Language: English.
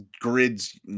grids